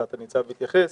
תת הניצב התייחס,